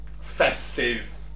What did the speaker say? festive